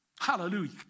Hallelujah